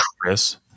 Chris